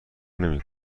نمی